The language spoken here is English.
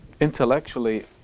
intellectually